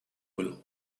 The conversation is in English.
will